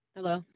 Hello